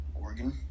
Oregon